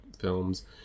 films